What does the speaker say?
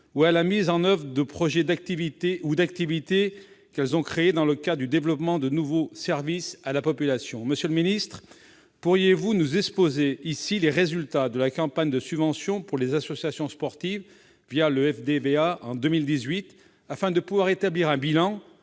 pour la mise en oeuvre de projets ou d'activités dans le cadre de nouveaux services à la population. Monsieur le ministre, pourriez-vous nous exposer les résultats de la campagne de subventions pour les associations sportives le FDVA en 2018, afin de pouvoir établir un bilan